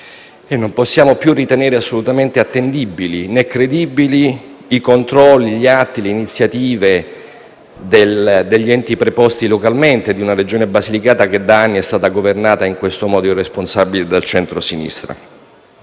e non possiamo più ritenere assolutamente attendibili, né credibili, i controlli, gli atti e le iniziative degli enti preposti localmente e di una Regione Basilicata che da anni è stata governata in modo irresponsabile dal centrosinistra.